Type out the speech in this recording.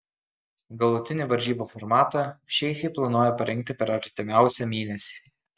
galutinį varžybų formatą šeichai planuoja parinkti per artimiausią mėnesį